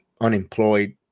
unemployed